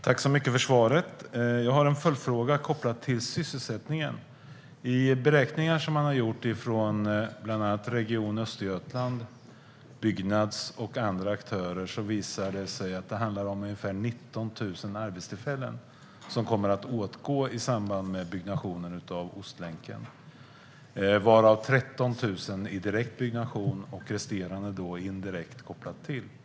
Fru talman! Jag har en följdfråga kopplad till sysselsättningen. I beräkningar från bland annat Region Östergötland, Byggnads och andra aktörer visar det sig handla om ungefär 19 000 arbetstillfällen som kommer att skapas i samband med byggnationen av Ostlänken - 13 000 i direkt byggnation och resterande kopplade till detta.